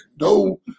no